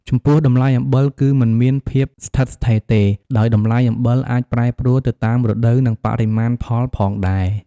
ចំពោះ តម្លៃអំបិលគឺមិនមានភាពស្ថិតស្ថេរទេ ដោយតម្លៃអំបិលអាចប្រែប្រួលទៅតាមរដូវ និងបរិមាណផលផងដែរ។